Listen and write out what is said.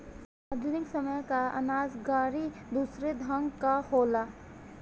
आधुनिक समय कअ अनाज गाड़ी दूसरे ढंग कअ होला